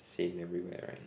same everywhere I went